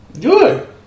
good